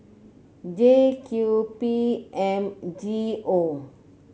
J Q P M G O